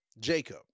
Jacob